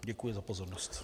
Děkuji za pozornost.